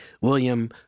William